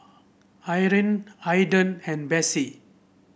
Eryn Ayden and Bessie